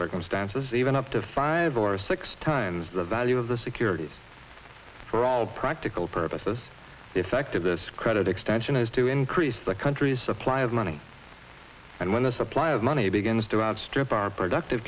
circumstances even up to five or six times the value of the securities for all practical purposes the effect of this credit extension is to increase the country's supply of money and when the supply of money begins to outstrip our productive